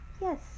Yes